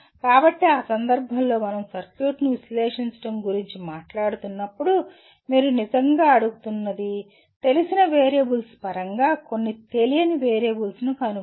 కాబట్టి ఆ సందర్భంలో మనం సర్క్యూట్ను విశ్లేషించడం గురించి మాట్లాడుతున్నప్పుడు మీరు నిజంగా అడుగుతున్నది తెలిసిన వేరియబుల్స్ పరంగా కొన్ని తెలియని వేరియబుల్ను కనుగొనండి